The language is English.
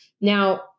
Now